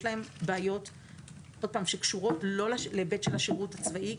להם בעיות שלא קשורות להיבט של השירות הצבאי,